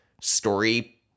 story